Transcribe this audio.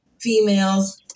females